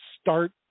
start